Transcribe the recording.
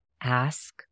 ask